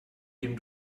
dem